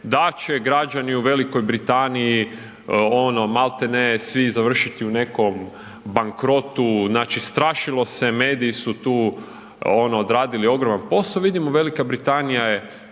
da će građani u Velikoj Britaniji ono malte ne svi završiti u nekom bankrotu, znači strašilo se, mediji su tu ono odradili ogroman poso, vidimo Velika Britanija je